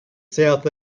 south